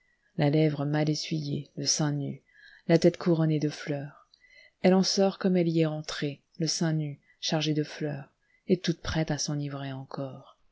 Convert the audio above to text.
la lèvre mal essuyée le sein nu la tête couronnée de fleurs elle en sort comme elle y est entrée le sein nu chargée de fleurs et toute prête à s'enivrer encore